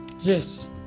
Yes